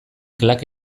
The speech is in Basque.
klak